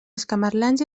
escamarlans